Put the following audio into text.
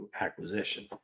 acquisition